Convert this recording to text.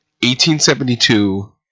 1872